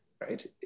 right